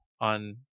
on